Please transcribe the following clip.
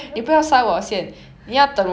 okay